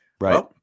Right